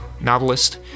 novelist